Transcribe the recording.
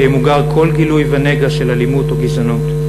וימוגר כל גילוי ונגע של אלימות או גזענות.